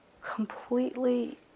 completely